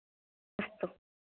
अस्तु